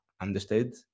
understood